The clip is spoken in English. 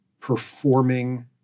performing